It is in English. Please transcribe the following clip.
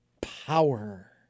power